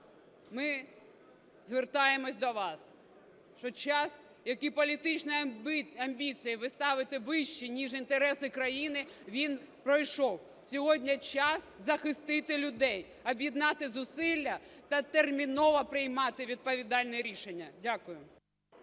Ми звертаємося до вас, що час, як і політичні амбіції, ви ставите вище ніж інтереси країни, він пройшов. Сьогодні час захистити людей, об'єднати зусилля та терміново приймати відповідальне рішення. Дякую.